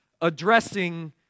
addressing